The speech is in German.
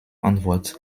antwort